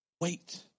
wait